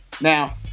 Now